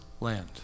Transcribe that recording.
land